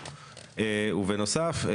ובנוסף,